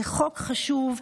זה חוק חשוב.